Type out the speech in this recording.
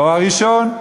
תואר ראשון.